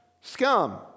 scum